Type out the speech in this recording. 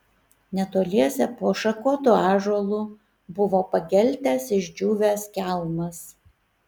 netoliese po šakotu ąžuolu buvo pageltęs išdžiūvęs kelmas